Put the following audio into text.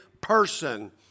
person